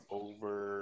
over